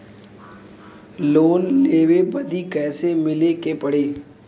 Loan लेवे बदी कैसे मिले के पड़ी?